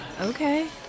Okay